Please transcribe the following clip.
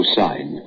sign